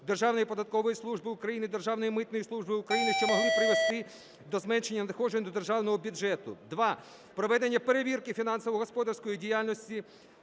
Державної податкової служби України, Державної митної служби України, що могли призвести до зменшення надходжень до державного бюджету. Два. Проведення перевірки фінансово-господарської діяльності